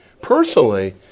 personally